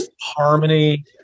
harmony